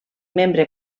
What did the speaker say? membre